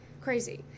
crazy